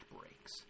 breaks